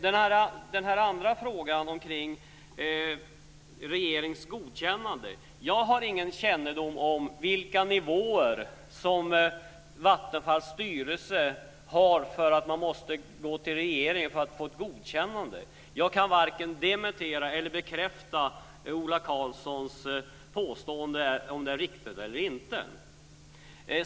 Den andra frågan gällde regeringens godkännande. Jag har ingen kännedom om vilka nivåer Vattenfalls styrelse har för att behöva gå till regeringen och få ett godkännande. Jag kan varken dementera eller bekräfta Ola Karlssons påstående. Jag vet inte om detta är riktigt eller inte.